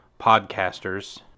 podcasters